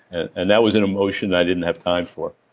and and that was an emotion i didn't have time for.